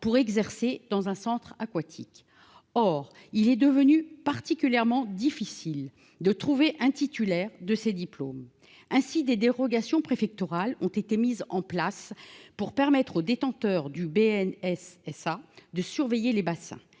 pour exercer dans un centre aquatique. Toutefois, il est devenu particulièrement difficile de trouver un titulaire de ces diplômes. Ainsi, des dérogations préfectorales ont été mises en place pour permettre aux détenteurs du BNSSA de surveiller les bassins.